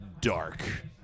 Dark